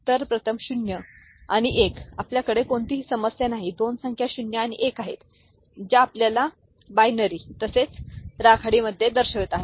तर प्रथम 0 आणि 1 आपल्याकडे कोणतीही समस्या नाही दोन संख्या 0 आणि 1 आहेत ज्या आपल्याला बायनरी तसेच राखाडी मध्ये दर्शवित आहेत